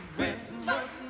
Christmas